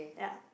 ya